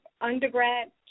undergrad